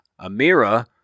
Amira